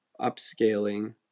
upscaling